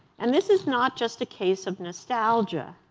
and this is not just a case of nostalgia.